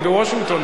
היא בוושינגטון.